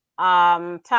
top